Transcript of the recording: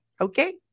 Okay